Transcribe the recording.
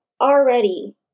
already